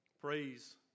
praise